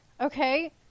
Okay